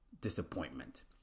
disappointment